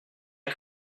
est